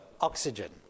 oxygen